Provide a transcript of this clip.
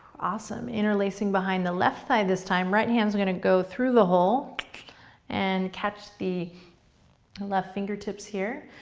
awesome. interlacing behind the left thigh this time, right hand's gonna go through the hole and catch the and left fingertips here,